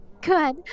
Good